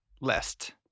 list